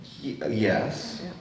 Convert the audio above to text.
Yes